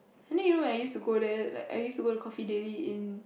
and you know like I used to go there like I used to go Coffee Daily in